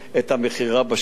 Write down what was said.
את המכירה בשוק,